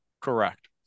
Correct